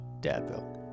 dadville